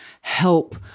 help